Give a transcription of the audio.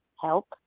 help